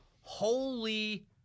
holy